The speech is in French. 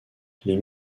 les